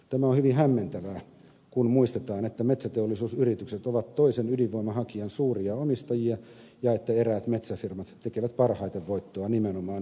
tämä on hyvin hämmentävää kun muistetaan että metsäteollisuusyritykset ovat toisen ydinvoimahakijan suuria omistajia ja että eräät metsäfirmat tekevät parhaiten voittoa nimenomaan energia alalla